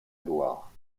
loire